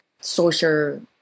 social